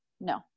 no